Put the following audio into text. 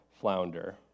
flounder